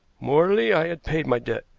morally, i had paid my debt,